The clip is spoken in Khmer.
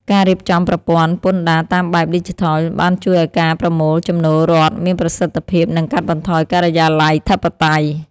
ការរៀបចំប្រព័ន្ធពន្ធដារតាមបែបឌីជីថលបានជួយឱ្យការប្រមូលចំណូលរដ្ឋមានប្រសិទ្ធភាព និងកាត់បន្ថយការិយាល័យធិបតេយ្យ។